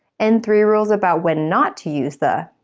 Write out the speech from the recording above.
and three rules about when not to use the.